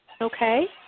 Okay